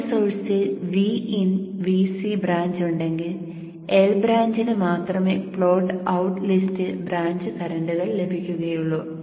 ഒരു സോഴ്സിൽ Vin Vc branch ഉണ്ടെങ്കിൽ L ബ്രാഞ്ചിന് മാത്രമേ പ്ലോട്ട് ഔട്ട് ലിസ്റ്റിൽ ബ്രാഞ്ച് കറന്റുകൾ ലഭിക്കുകയുള്ളു